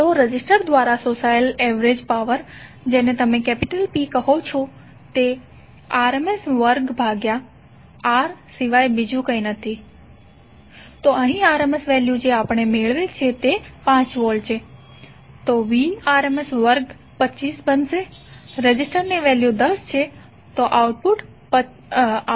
તો રેઝિસ્ટર દ્વારા શોષાયેલ એવરેજ પાવર જેને તમે P કહી શકો છો જે RMS વર્ગ ભાગ્યા R સિવાય બીજું કંઈ નથી તો અહીં RMS વેલ્યુ જે આપણે મેળવેલ છે તે 5 વોલ્ટ છે તો Vrms વર્ગ 25 છે રેઝિસ્ટરની વેલ્યુ 10 છે તો આઉટપુટ 2